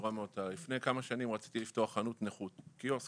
לפני כמה שנים רציתי לפתוח חנות נוחות, קיוסק.